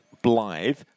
Blythe